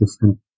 different